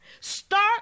Start